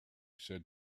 said